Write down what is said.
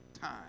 time